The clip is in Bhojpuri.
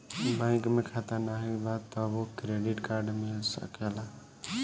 बैंक में खाता नाही बा तबो क्रेडिट कार्ड मिल सकेला?